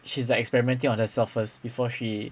she's like experimenting on herself first before she